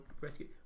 rescue